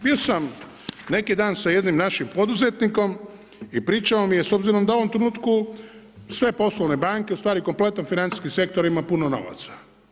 Bio sam neki dan sa jednim našim poduzetnikom i pričao mi je da s obzirom da u ovom trenutku sve poslovne banke, u stvari kompletan financijski sektor ima puno novaca.